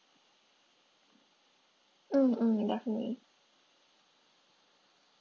mm mm definitely